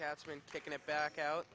that's been taking it back out